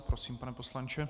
Prosím, pane poslanče.